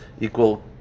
equal